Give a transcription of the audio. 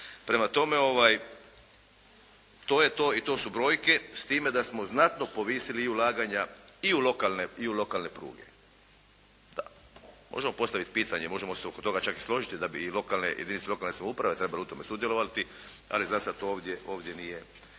Prema tome to je to i to su brojke s time da smo znatno povisili i ulaganja i u lokalne pruge. Možemo postaviti pitanje, možemo se oko toga čak i složiti da bi i lokalne, jedinice lokalne samouprave trebale u tome sudjelovati ali zasad to ovdje, ovdje